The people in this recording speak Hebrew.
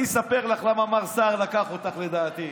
אני אספר לך למה מר סער לקח אותך, לדעתי.